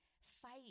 fight